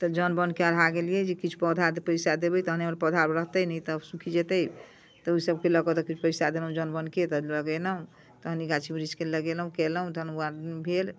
तऽ जौन बोनिके अढ़ा गेलिए जे किछु पौधाके पइसा देबै तहन हमर पौधा रहतै नहि तऽ सुखि जेतै तऽ ओहिसबके लऽ कऽ तऽ किछु पइसा देलहुँ जौन बोनिके तऽ लगेलहुँ तहन ई गाछ बिरिछके लगेलहुँ केलहुँ तहन ओ भेल